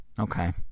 okay